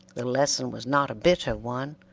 the lesson was not a bitter one,